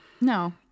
No